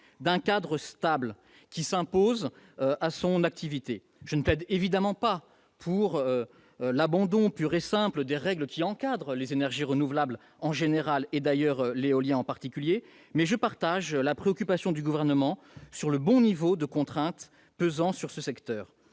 d'un cadre stable, qui s'impose à son activité. Je ne plaide évidemment pas pour l'abandon pur et simple des règles qui encadrent les énergies renouvelables en général, et l'éolien en particulier. Mais je partage la préoccupation du Gouvernement sur le bon niveau de contraintes pesant sur ce secteur.